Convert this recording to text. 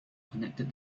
connected